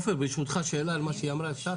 עופר, ברשותך, שאלה על מה שהיא אמרה, אפשר?